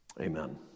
Amen